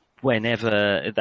whenever